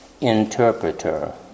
interpreter